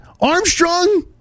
Armstrong